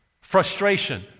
frustration